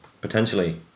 potentially